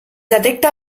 detecta